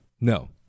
No